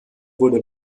wurde